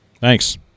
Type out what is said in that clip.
Thanks